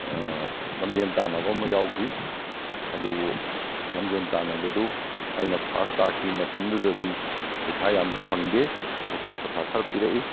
ꯂꯝꯖꯦꯟ ꯇꯥꯟꯅꯕ ꯑꯃ ꯌꯥꯎꯈꯤ ꯑꯗꯨꯕꯨ ꯂꯝꯖꯦꯟ ꯇꯥꯟꯅꯕꯗꯨ ꯑꯩꯅ ꯐꯥꯔꯁ ꯇꯥꯈꯤ ꯃꯇꯝꯗꯨꯗꯗꯤ ꯄꯩꯁꯥ ꯌꯥꯝꯅ ꯐꯪꯗꯦ ꯈꯣꯔꯁꯥ ꯄꯔꯁꯥ ꯈꯔ ꯄꯤꯔꯛꯏ